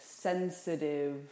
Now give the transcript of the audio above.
sensitive